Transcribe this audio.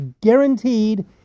guaranteed